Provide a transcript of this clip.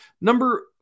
Number